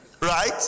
Right